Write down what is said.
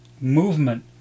movement